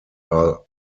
are